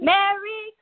Merry